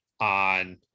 on